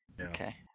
Okay